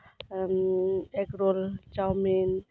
egg roll chowmein